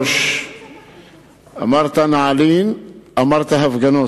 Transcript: אמרת נעלין, אמרת הפגנות.